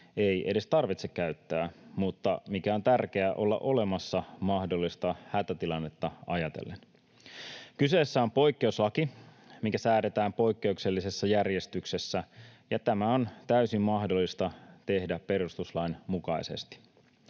ei edes tarvitse käyttää, mutta mikä on tärkeä olla olemassa mahdollista hätätilannetta ajatellen. Kyseessä on poikkeuslaki, mikä säädetään poikkeuksellisessa järjestyksessä, ja tämä on täysin mahdollista tehdä perustuslain mukaisesti.